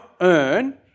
earn